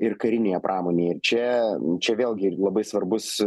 ir karinėje pramonėje čia čia vėlgi labai svarbus